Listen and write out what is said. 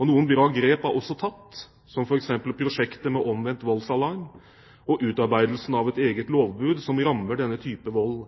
Noen bra grep er også tatt, som f.eks. prosjektet med omvendt voldsalarm og utarbeidelsen av et eget lovbud som rammer denne typen vold.